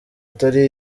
atari